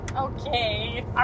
Okay